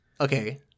okay